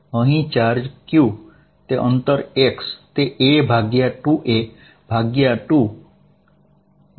અહીં charge q છે આ અંતર x છે આ અંતર a2 અને આ અંતર a2 છે